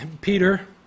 Peter